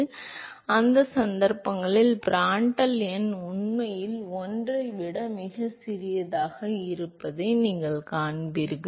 எனவே அந்த சந்தர்ப்பங்களில் பிராண்டல் எண் உண்மையில் 1 ஐ விட மிகச் சிறியதாக இருப்பதை நீங்கள் காண்பீர்கள்